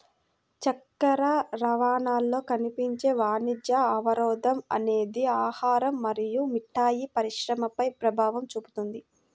చక్కెర రవాణాలో కనిపించే వాణిజ్య అవరోధం అనేది ఆహారం మరియు మిఠాయి పరిశ్రమపై ప్రభావం చూపుతుంది